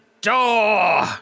door